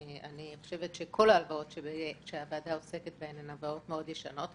אני חושבת שכל ההלוואות שהוועדה עוסקת בהן הן הלוואות מאוד ישנות.